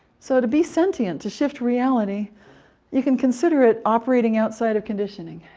so to be sentient to shift reality you can consider it operating outside of conditioning.